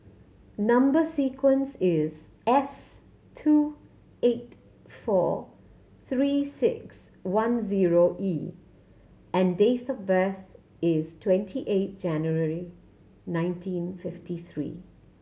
number sequence is S two eight four Three Six One zero E and date of birth is twenty eight January nineteen fifty three